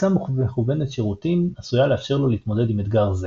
תפיסה מכוונת שירותים עשויה לאפשר לו להתמודד עם אתגר זה.